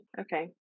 Okay